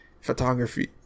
photography